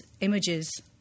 images